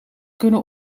kunnen